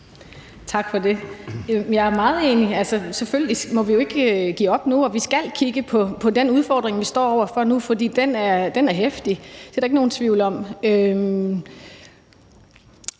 Tak for det. Jeg er meget enig. Selvfølgelig må vi jo ikke give op nu, og vi skal kigge på den udfordring, vi står over for nu, for den er heftig. Det er der ikke nogen tvivl om.